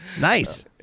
Nice